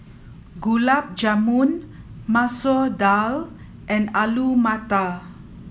Gulab Jamun Masoor Dal and Alu Matar